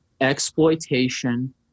exploitation